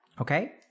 Okay